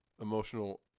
emotional